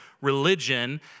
religion